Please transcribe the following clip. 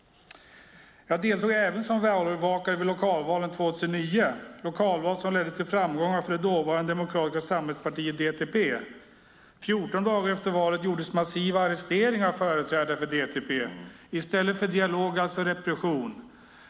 Jag deltog även som valövervakare vid lokalvalen 2009, lokalval som ledde till framgångar för dåvarande Demokratiska samhällspartiet, DTP. 14 dagar efter valet gjordes massiva arresteringar av företrädare för DTP - i stället för dialog alltså repression.